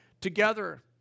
together